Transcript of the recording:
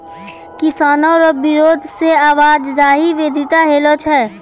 किसानो रो बिरोध से आवाजाही बाधित होलो छै